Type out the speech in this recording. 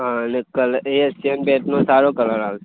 હા ને કલ એશિયન પેઇન્ટનો સારો કલર આવે છે